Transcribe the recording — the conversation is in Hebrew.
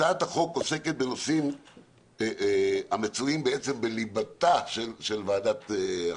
הצעת החוק עוסקת בנושאים המצויים בעצם בליבתה של ועדת החוקה.